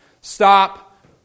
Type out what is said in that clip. Stop